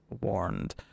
warned